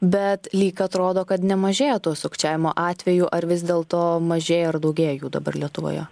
bet lyg atrodo kad nemažėja to sukčiavimo atvejų ar vis dėl to mažėja ar daugėja jų dabar lietuvoje